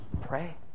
Pray